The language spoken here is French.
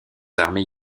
armées